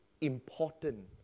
important